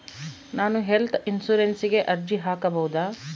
ನಾನು ಹೆಲ್ತ್ ಇನ್ಶೂರೆನ್ಸಿಗೆ ಅರ್ಜಿ ಹಾಕಬಹುದಾ?